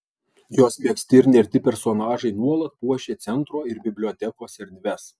jos megzti ir nerti personažai nuolat puošia centro ir bibliotekos erdves